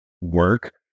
work